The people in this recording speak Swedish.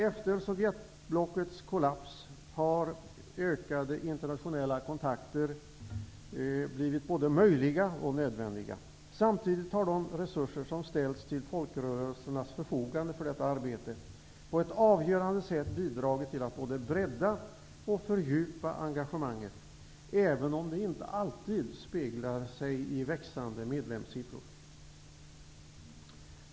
Efter Sovjetblockets kollaps har ökade internationella kontakter blivit både möjliga och nödvändiga. Samtidigt har de resurser som ställts till folkrörelsernas förfogande för detta arbete på ett avgörande sätt bidragit till att bredda och fördjupa engagemanget, även om det inte alltid speglar sig i växande medlemssiffror.